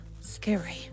scary